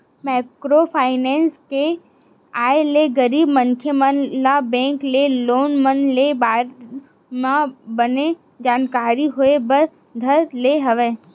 micro finance के आय ले गरीब मनखे मन ल बेंक के लोन मन के बारे म बने जानकारी होय बर धर ले हवय